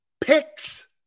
Picks